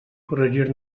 corregir